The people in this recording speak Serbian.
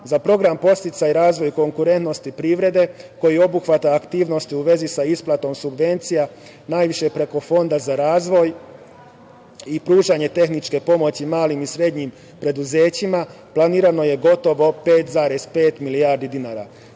program podsticaj i razvoj konkurentnosti privrede koji obuhvata aktivnosti u vezi sa isplatom subvencija najviše preko Fonda za razvoj i pružanje tehniče pomoći malim i srednjim preduzećima planirano je gotovo 5,5 milijardi dinara.Za